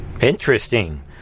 Interesting